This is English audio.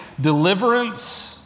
Deliverance